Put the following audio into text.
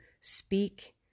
speak